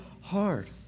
hard